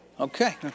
Okay